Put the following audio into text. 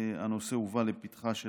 והנושא הובא לפתחה של